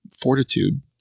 fortitude